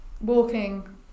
walking